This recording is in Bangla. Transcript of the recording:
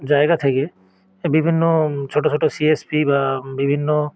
জায়গা থেকে বিভিন্ন ছোটো ছোটো সি এস পি বা বিভিন্ন